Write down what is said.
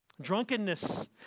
Drunkenness